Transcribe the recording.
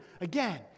again